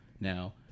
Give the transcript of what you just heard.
now